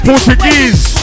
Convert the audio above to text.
Portuguese